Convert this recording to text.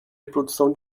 reprodução